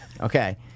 Okay